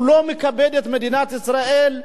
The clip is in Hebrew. לא מכבד את מדינת ישראל,